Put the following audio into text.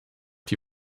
die